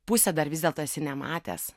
pusė dar vis dėlto esi nematęs